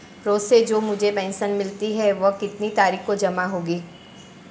रोज़ से जो मुझे पेंशन मिलती है वह कितनी तारीख को जमा होगी?